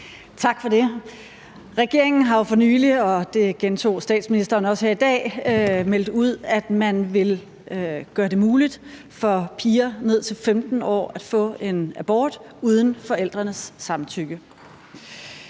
statsministeren også her i dag, meldt ud, at man vil gøre det muligt for piger ned til 15 år at få en abort uden forældrenes samtykke.